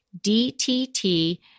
DTT